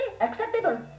acceptable